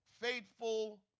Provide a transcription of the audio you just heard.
faithful